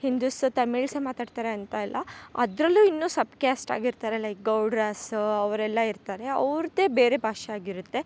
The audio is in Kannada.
ಹಿಂದುಸ್ ತಮಿಳ್ಸೆ ಮಾತಾಡ್ತಾರೆ ಅಂತ ಇಲ್ಲ ಅದರಲ್ಲು ಇನ್ನು ಸಬ್ ಕ್ಯಾಸ್ಟ್ ಆಗಿರ್ತಾರೆ ಲೈಕ್ ಗೌಡ್ರಾಸು ಅವರೆಲ್ಲ ಇರ್ತಾರೆ ಅವ್ರದ್ದೆ ಬೇರೆ ಭಾಷೆ ಆಗಿರುತ್ತೆ